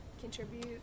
contribute